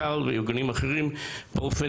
יחידת הכלבנים וארגונים אחרים באופן